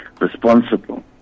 responsible